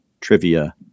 trivia